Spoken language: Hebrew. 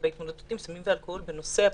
בהתמודדות עם סמים ואלכוהול בנושא האפוטרופסות,